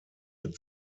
mit